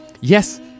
Yes